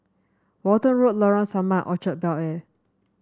Walton Road Lorong Samak Orchard Bel Air